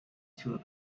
through